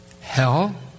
hell